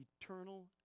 eternal